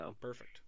Perfect